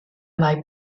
mae